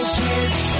kids